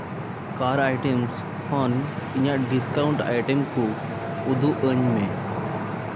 ᱠᱟᱨ items ᱠᱷᱚᱱ ᱤᱧᱟᱹᱜ discount item ᱠᱚ ᱩᱫᱩᱜ ᱟᱹᱧ ᱢᱮ